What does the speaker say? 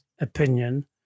opinion